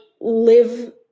live